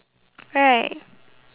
right